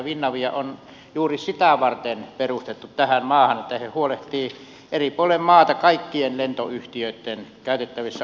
finavia on juuri sitä varten perustettu tähän maahan että he huolehtivat eri puolille maata kaikkien lentoyhtiöitten käytettävissä olevia kenttiä